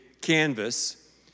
canvas